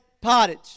pottage